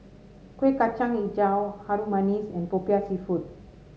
Kuih Kacang hijau Harum Manis and popiah seafood